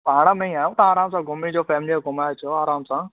पाण में ई आहियो तां आरामु सां घुमी अचो फैमिलीअ खे घुमाए अचो आरामु सां